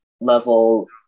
level